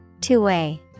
Two-way